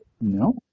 No